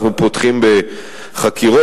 אנחנו פותחים בחקירות,